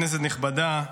כנסת נכבדה,